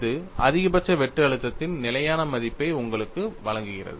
இது அதிகபட்ச வெட்டு அழுத்தத்தின் நிலையான மதிப்பை உங்களுக்கு வழங்குகிறது